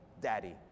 Daddy